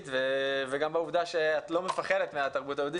וגם בעובדה שאת לא מפחדת מהתרבות היהודית,